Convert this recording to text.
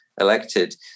elected